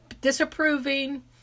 disapproving